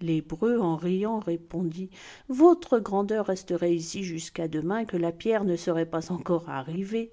l'hébreu en riant répondit votre grandeur resterait ici jusqu'à demain que la pierre ne serait pas encore arrivée